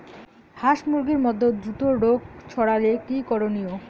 হাস মুরগির মধ্যে দ্রুত রোগ ছড়ালে কি করণীয়?